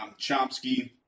Chomsky